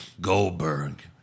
Goldberg